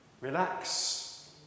relax